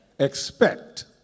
Expect